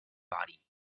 body